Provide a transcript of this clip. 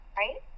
right